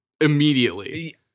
immediately